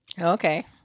Okay